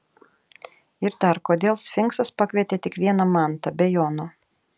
ir dar kodėl sfinksas pakvietė tik vieną mantą be jono